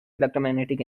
electromagnetic